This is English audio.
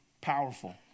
Powerful